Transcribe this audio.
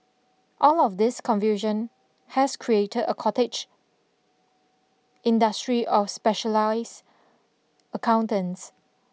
all of this confusion has created a cottage industry of specialised accountants